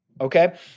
Okay